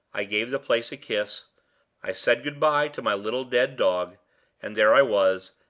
i gave the place a kiss i said good-by to my little dead dog and there i was,